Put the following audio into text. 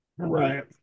right